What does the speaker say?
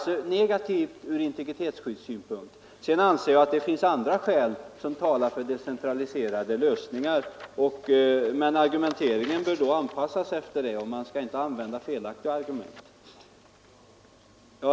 Sedan anser jag att det finns andra skäl som talar för decentraliserade lösningar, men argumenteringen bör då anpassas efter det. Man bör inte använda felaktiga argument.